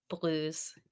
blues